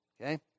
Okay